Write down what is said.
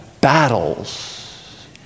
battles